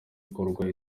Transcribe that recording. akorwa